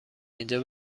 اینجا